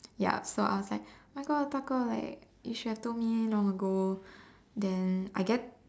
yup so I was like oh my God 大哥 like you should have told me long ago then I get